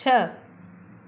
छह